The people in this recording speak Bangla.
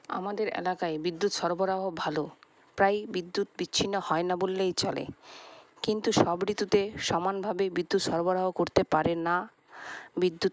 আমাদের এলাকায় বিদ্যুৎ সরবরাহ ভালো প্রায় বিদ্যুৎ বিচ্ছিন্ন হয়না বললেই চলে কিন্তু সব ঋতুতে সমানভাবে বিদ্যুৎ সরবরাহ করতে পারেনা বিদ্যুৎ